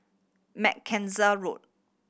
Mackenzie Road